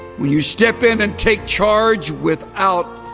when you step in and take charge without